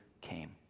came